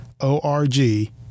O-R-G